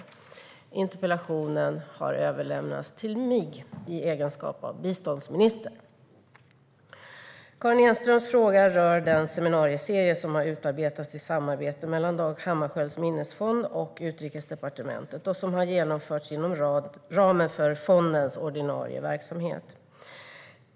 Interpellationen har överlämnats till mig i egenskap av biståndsminister. Karin Enströms fråga rör den seminarieserie som har utarbetats i samarbete mellan Dag Hammarskjölds Minnesfond och Utrikesdepartementet och som har genomförts inom ramen för fondens ordinarie verksamhet.